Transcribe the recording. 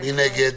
ומי נגד.